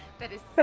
that is so